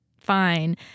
fine